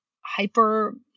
hyper